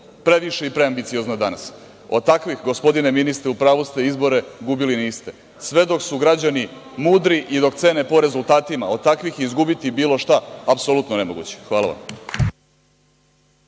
previše i preambiciozno danas. Od takvih, gospodine ministre, u pravu ste, izbore gubili niste, sve dok su građani mudri i dok cene po rezultatima, od takvih izgubiti bilo šta apsolutno je nemoguće. Hvala vam.